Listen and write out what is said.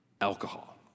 alcohol